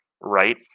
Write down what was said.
Right